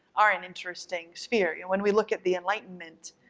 are an interesting sphere. you know, when we look at the enlightenment,